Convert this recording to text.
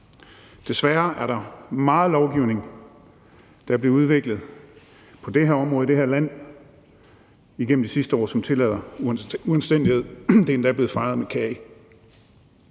Desværre er der meget lovgivning, der er blevet udviklet på det her område i det her land igennem de sidste år, som tillader uanstændighed. Det er endda blevet fejret med